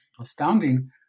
astounding